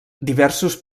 diversos